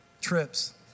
trips